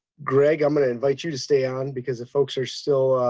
greg, i'm going to invite you to stay on because the folks are still